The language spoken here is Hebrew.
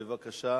בבקשה.